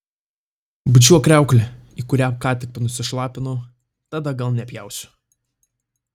bučiuok kriauklę į kurią ką tik nusišlapinau tada gal nepjausiu